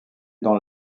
dans